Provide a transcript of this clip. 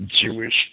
Jewish